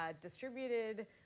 distributed